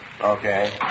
Okay